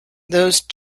those